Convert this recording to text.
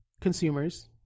consumers